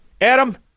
adam